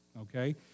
okay